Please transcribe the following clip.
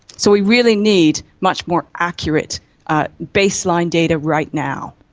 so we really need much more accurate baseline data right now.